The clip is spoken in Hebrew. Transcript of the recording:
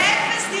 אפס.